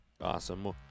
Awesome